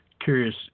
curious